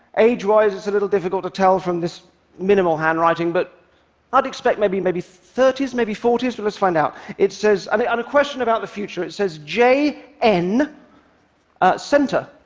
age-wise it's a little difficult to tell from this minimal handwriting, but i would expect maybe maybe thirty s, maybe forty s, but let's find out. it says and a and question about the future it says, jn, and ah center.